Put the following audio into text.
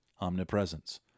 omnipresence